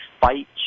fight